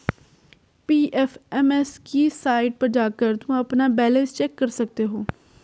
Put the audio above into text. PFMS की site पर जाकर तुम अपना बैलन्स चेक कर सकते हो